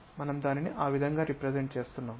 మనం దానిని ఆ విధంగా రెప్రెసెంట్ చేస్తున్నాము